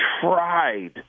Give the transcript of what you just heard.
tried